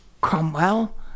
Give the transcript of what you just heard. Cromwell